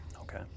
Okay